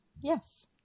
Yes